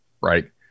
Right